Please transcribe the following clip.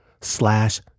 slash